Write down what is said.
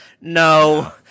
no